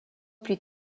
plus